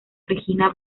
regina